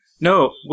No